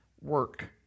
work